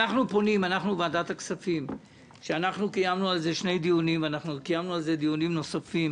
ועדת הכספים קיימה על כך שני דיונים לאחרונה ודיונים נוספים